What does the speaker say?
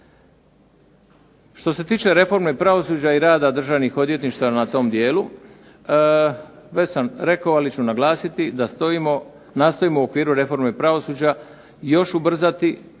Što se tiče reforme pravosuđa i rada državnih odvjetništava na tom dijelu, već sam rekao, ali ću naglasiti da stojimo, nastojimo u okviru reforme pravosuđa još ubrzati